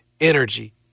energy